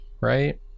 right